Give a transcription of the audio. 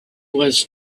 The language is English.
was